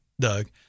Doug